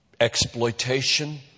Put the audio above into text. exploitation